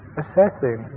assessing